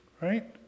right